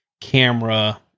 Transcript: camera